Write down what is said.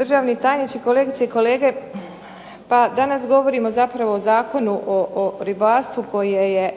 državni tajniče, kolegice i kolege. Pa danas govorimo zapravo o Zakonu o ribarstvu koji je